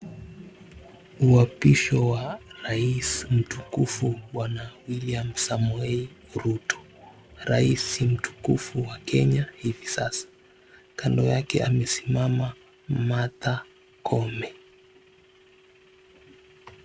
Uapishi wa rais mtukufu Bwana William Samoei Ruto. Rais mtukufu wa kenya wa hivi sasa. Kando yake amesimama Martha Koome.